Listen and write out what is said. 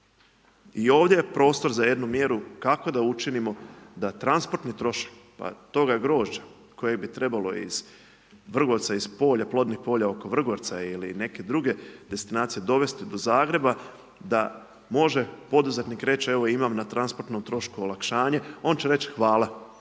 I ovdje je prostor za jednu mjeru kako da učinimo da transportni trošak toga grožđa koje bi trebalo iz Vrgorca, iz polja, plodnih polja oko Vrgorca ili neke druge destinacije dovesti do Zagreba da može poduzetnik reć evo imam na transportnom trošku olakšanje, on će reći hvala.